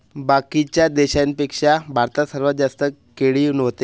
बाकीच्या देशाइंपेक्षा भारतात सर्वात जास्त केळी व्हते